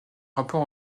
rapport